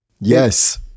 Yes